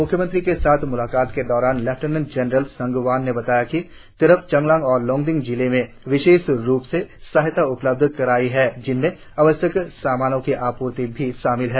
म्ख्यमंत्री के साथ म्लाकात के दौरान लेफ्टिनेंट जनरल संगवान ने बताया कि तिरप चांगलांग और लोंगडिंग जिलों में विशेष रुप से सहायता उपलब्ध कराई है जिनमें आवश्यक सामानों की आपूर्ति भी शामिल है